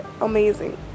amazing